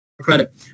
credit